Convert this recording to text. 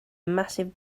massive